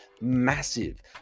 massive